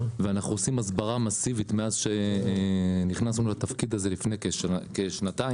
ואנחנו עושים הסברה מאסיבית מאז שנכנסנו לתפקיד הזה לפני כשנתיים.